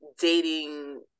dating